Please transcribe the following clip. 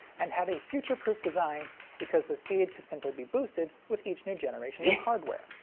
and had a future-proof design because the speed could simply be boosted with each new generation of hardware?